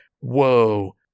whoa